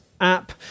app